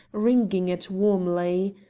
wringing it warmly.